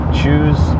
choose